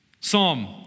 Psalm